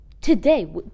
Today